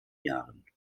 jahren